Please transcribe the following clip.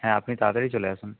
হ্যাঁ আপনি তাড়াতাড়ি চলে আসুন